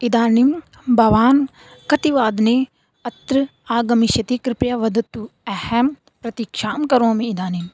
इदानीं भवान् कतिवादने अत्र आगमिष्यति कृपया वदतु अहं प्रतीक्षां करोमीदानीम्